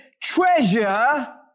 treasure